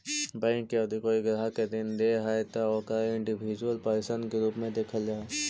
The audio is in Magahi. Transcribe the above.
बैंक यदि कोई ग्राहक के ऋण दे हइ त ओकरा इंडिविजुअल पर्सन के रूप में देखल जा हइ